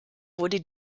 wurde